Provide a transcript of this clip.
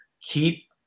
keep